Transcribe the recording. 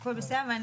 הכול בסדר.